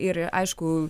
ir aišku